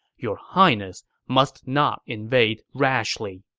your highness must not invade rashly.